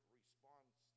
response